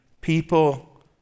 people